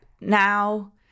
now